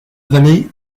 vallée